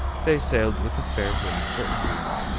they sailed with a fair wind for england,